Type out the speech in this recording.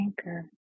anchor